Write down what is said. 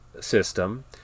system